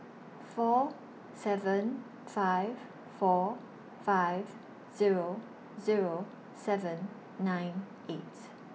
four seven five four five Zero Zero seven nine eight